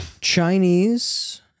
Chinese